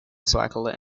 cycle